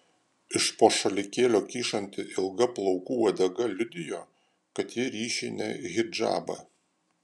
iš po šalikėlio kyšanti ilga plaukų uodega liudijo kad ji ryši ne hidžabą